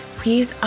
please